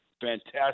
fantastic